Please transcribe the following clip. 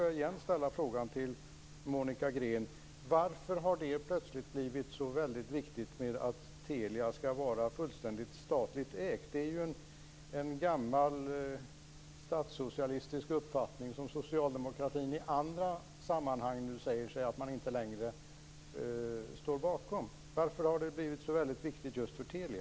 Jag ställer frågan igen till Monica Green: Varför har det plötsligt blivit så väldigt viktigt att Telia skall vara fullständigt statligt ägt? Detta är ju en gammal statssocialistisk uppfattning, som socialdemokratin i andra sammanhang inte längre säger sig stå bakom. Varför har detta blivit så väldigt viktigt just för Telia?